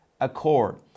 accord